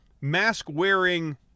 mask-wearing